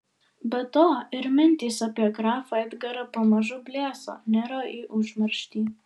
be to ir mintys apie grafą edgarą pamažu blėso niro į užmarštį